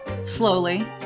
Slowly